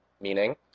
meaning